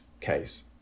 case